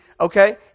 Okay